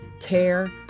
care